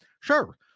Sure